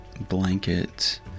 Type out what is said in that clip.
blanket